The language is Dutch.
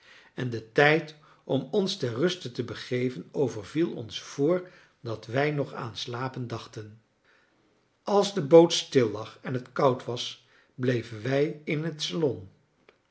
en de tijd om ons ter ruste te begeven overviel ons vr dat wij nog aan slapen dachten als de boot stillag en het koud was bleven wij in het salon